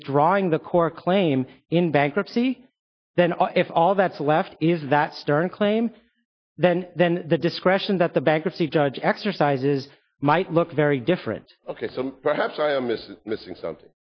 withdrawing the core claim in bankruptcy then if all that's left is that stern claim then then the discretion that the bankruptcy judge exercises might look very different ok so perhaps i missed missing something